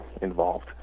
involved